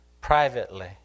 privately